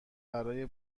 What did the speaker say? برای